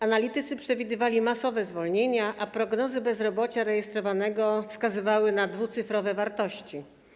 Analitycy przewidywali masowe zwolnienia, a prognozy bezrobocia rejestrowanego wskazywały na dwucyfrowe wartości.